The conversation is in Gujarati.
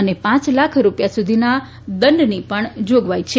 અને પાંચ લાખ રુપિયા સુધીના દંડની પણ જોગવાઇ છે